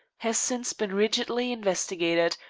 has since been rigidly investigated,